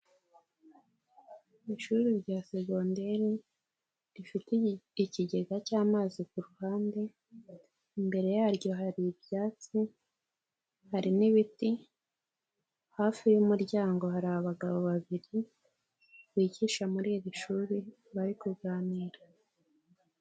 Ishuri rya segondere rifite ikigega cy'amazi, ku ruhande imbere yaryo hari ibyatsi, hari n'ibiti, hafi y'umuryango hari abagabo babiri bigisha muri iri shuri bari kuganira.